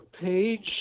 page